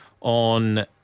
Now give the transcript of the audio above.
on